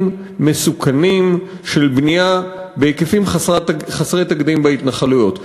מסוכנים של בנייה בהיקפים חסרי תקדים בהתנחלויות.